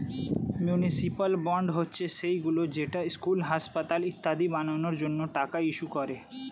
municipal bond হচ্ছে সেইগুলো যেটা স্কুল, হাসপাতাল ইত্যাদি বানানোর জন্য টাকা ইস্যু করে